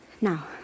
Now